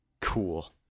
cool